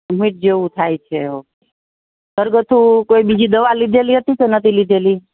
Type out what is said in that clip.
vomit જેવુ થાય છે ઘરગથ્થું કોઈ બીજી દવા લીધેલી હતી કે નતી લીધેલી